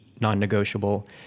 non-negotiable